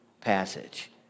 passage